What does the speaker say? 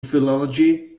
philology